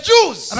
Jews